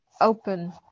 open